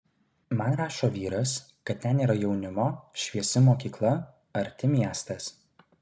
man rašo vyras kad ten yra jaunimo šviesi mokykla arti miestas